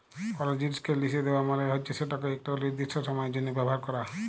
call জিলিসকে লিসে দেওয়া মালে হচ্যে সেটকে একট লিরদিস্ট সময়ের জ্যনহ ব্যাভার ক্যরা